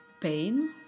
pain